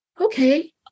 okay